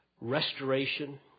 restoration